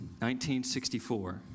1964